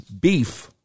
Beef